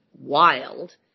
wild